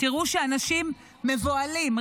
תראו שאנשים מבוהלים,